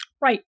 Right